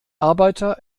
arbeiter